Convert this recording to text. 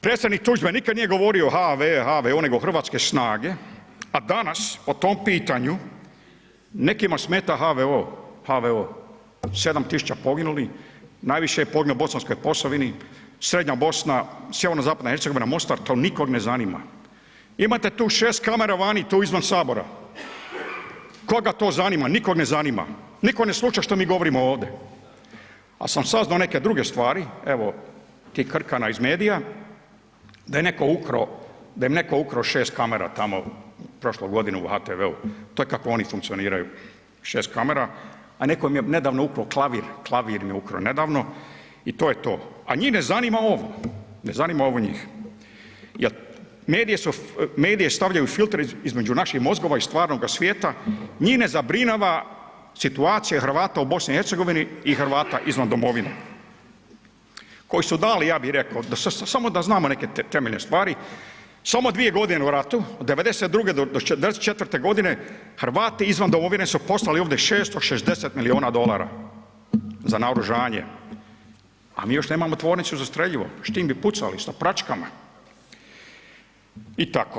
Predsjednik Tuđman nikad nije govorio HV, HVO, nego hrvatske snage, a danas o tom pitanju nekima smeta HVO, HVO, 7000 poginulih, najviše je poginulo na Bosanskoj Posavini, srednja Bosna, sjeverozapadna Hercegovina, Mostar, to nikog ne zanima, imate tu 6 kamere vani, tu izvan HS, koga to zanima, nikog ne zanima, nitko ne sluša što mi govorimo ovde, al sam sazno neke druge stvari, evo ti krkana iz medija da je netko ukro, da im je netko ukro 6 kamera tamo prošlu godinu u HTV-u, to je kako oni funkcioniraju, 6 kamera, a nekom je nedavno ukro klavir, klavir mi ukro nedavno i to je to, a nji ne zanima ovo, ne zanima ovo njih jel medije stavljaju filtere između naših mozgova i stvarnoga svijeta, nji ne zabrinjava situacija Hrvata u BiH i Hrvata izvan domovine, koji su dali ja bi reko, da samo da znamo neke temeljne stvari, samo dvije godine u ratu, od '92. do '94.g. Hrvati izvan domovine su poslali ovde 660 milijuna dolara za naoružanje, a mi još nemamo tvornicu za streljivo s čim bi pucali sa praćkama i tako.